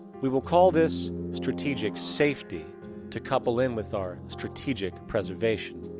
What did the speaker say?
we will call this strategic safety to couple in with our strategic preservation.